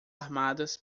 armadas